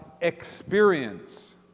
experience